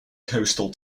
coastal